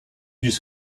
just